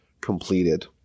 completed